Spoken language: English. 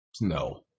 no